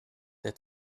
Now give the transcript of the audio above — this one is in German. der